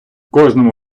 кожному